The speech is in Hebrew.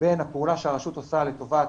בין הפעולה שהרשות עושה לטובת